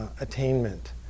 attainment